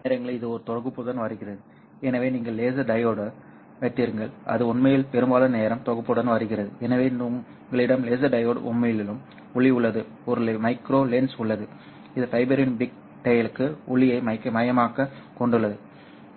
சில நேரங்களில் இது ஒரு தொகுப்புடன் வருகிறது எனவே நீங்கள் லேசர் டையோடு வைத்திருக்கிறீர்கள் அது உண்மையில் பெரும்பாலான நேரம் தொகுப்புடன் வருகிறது எனவே உங்களிடம் லேசர் டையோடு உமிழும் ஒளி உள்ளது ஒரு மைக்ரோ லென்ஸ் உள்ளது இது ஃபைபரின் பிக்டெயிலுக்கு ஒளியை மையமாகக் கொண்டுள்ளது